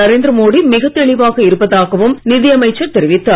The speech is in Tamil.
நரேந்திர மோடி மிகத் தெளிவாக இருப்பதாகவும் நிதி அமைச்சர் தெரிவித்தார்